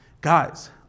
Guys